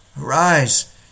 arise